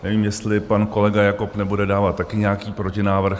Nevím, jestli pan kolega Jakob nebude dávat taky nějaký protinávrh.